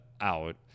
out